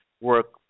work